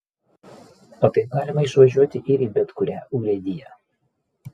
o taip galima išvažiuoti ir į bet kurią urėdiją